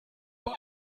bei